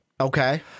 Okay